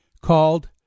called